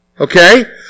okay